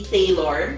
Taylor